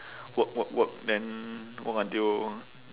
work work work then work until